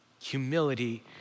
Humility